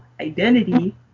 identity